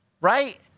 right